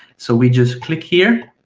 so we just click here,